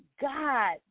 God